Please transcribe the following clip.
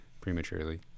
prematurely